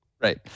Right